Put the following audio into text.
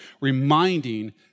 reminding